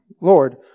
Lord